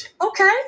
Okay